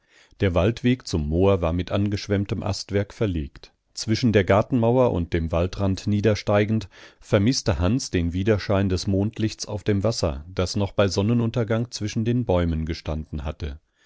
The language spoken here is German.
der waldweg zum moor war mit angeschwemmtem astwerk verlegt zwischen der gartenmauer und dem waldrand niedersteigend vermißte hans den widerschein des mondlichts auf dem wasser das noch bei sonnenuntergang zwischen den bäumen gestanden hatte